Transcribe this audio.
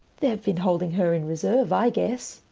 they've been holding her in reserve, i guess.